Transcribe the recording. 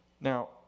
Now